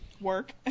work